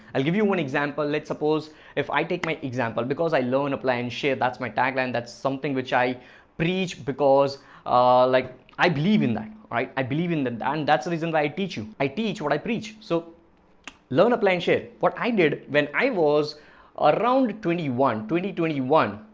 i'll give you an example let's suppose if i take my example because i learn a plan shit. that's my tagline. that's something which i preach because like i believe in that right, i believe in that and that's a reason why i teach you i teach what i preach so learn a plan shit what i did when i was around twenty one twenty twenty one.